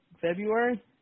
February